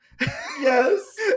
Yes